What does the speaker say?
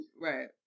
Right